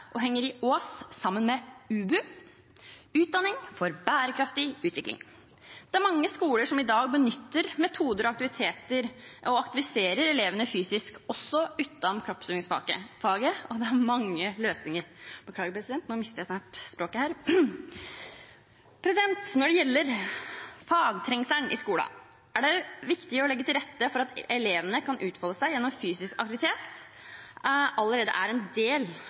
og henger i Ås sammen med UBU – utdanning for bærekraftig utvikling. Det er mange skoler som i dag benytter metoder og aktiviserer elevene fysisk også utenom kroppsøvingsfaget, og det er mange løsninger. Når det gjelder fagtrengselen i skolen, er det viktig å legge til rette for det at elevene kan utfolde seg gjennom fysisk aktivitet, allerede er en del